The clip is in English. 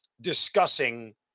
discussing